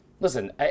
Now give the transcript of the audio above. listen